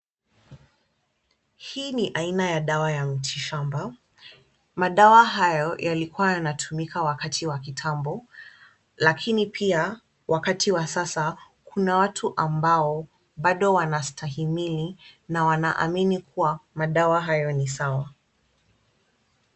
Hii ni aina ya dawa ya mitishamba. Madawa hayo yalikuwa yanatumika wakati wa kitambo lakini pia wakati wa sasa, kuna watu ambao bado wanastahimili na wanaamini kuwa madawa hayo ni sawa.